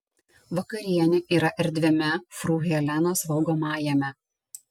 vakarienė yra erdviame fru helenos valgomajame